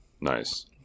nice